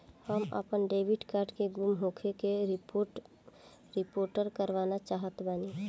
हम आपन debit card के गुम होखे के रिपोर्ट करवाना चाहत बानी